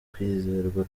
kwizerwa